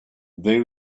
they